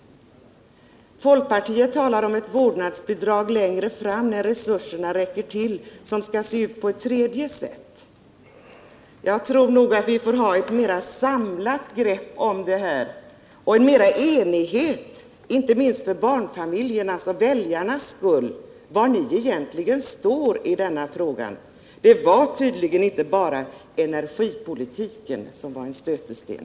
Folkpartiet talar om ett vårdnadsbidrag längre fram när resurserna räcker till, som skall se ut på ett tredje sätt. Jag tror att vi får ha ett mera samlat grepp om denna fråga, och mera enighet —-inte minst för barnfamiljernas och väljarnas skull —-om var ni egentligen står i denna fråga. Det är tydligen inte bara energipolitiken som är en stötesten.